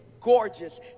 gorgeous